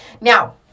now